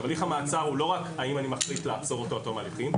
הליך המעצר הוא לא רק האם אני מחליט לעצור אותו עד תום ההליכים.